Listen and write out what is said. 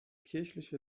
kirchliche